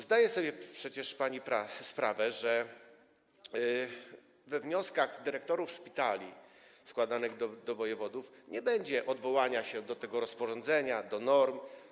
Zdaje sobie przecież pani sprawę, że we wnioskach dyrektorów szpitali składanych do wojewodów nie będzie odwoływania się do tego rozporządzenia, do norm.